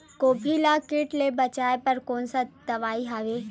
गोभी ल कीट ले बचाय बर कोन सा दवाई हवे?